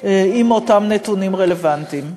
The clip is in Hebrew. עם אותם נתונים רלוונטיים.